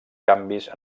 canvis